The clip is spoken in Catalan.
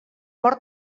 mor